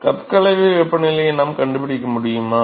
cup கலவை வெப்பநிலையை நாம் கண்டுபிடிக்க முடியுமா